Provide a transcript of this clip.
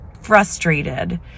frustrated